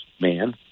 man